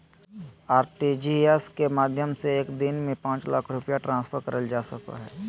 RTGS के माध्यम से एक दिन में पांच लाख रुपया ट्रांसफर करल जा सको हय